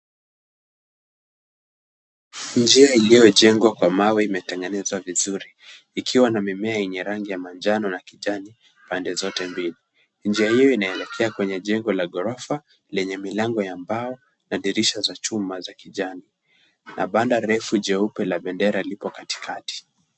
Njia iliyo jengwa kwa mawe imetengenezwa vizuri, ikiwa na mimea yenye rangi ya njano na kijani pande zote mbili. Njia hiyo inaelekea kwenye jengo la ghorofa lenye milango ya mbao na dirisha za chuma za kijani, na banda refu jeupe la bendera liko katikati.